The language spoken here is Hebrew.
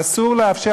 אסור לאפשר,